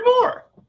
more